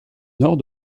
nord